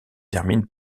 termine